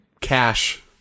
cash